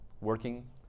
working